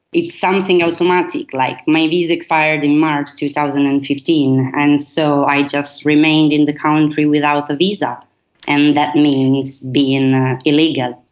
it's something automatic, like my visa expired in march two thousand and fifteen and so i just remained in the country without a visa and that means being illegal.